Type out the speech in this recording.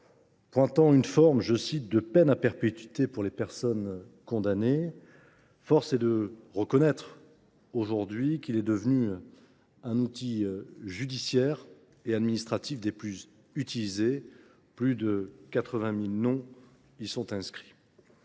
pointant une forme de « peine à perpétuité pour les personnes condamnées », force est de reconnaître qu’il est aujourd’hui devenu un outil judiciaire et administratif des plus utilisés : plus de 80 000 noms y sont inscrits.